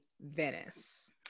Venice